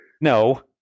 No